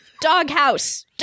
doghouse